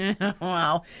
Wow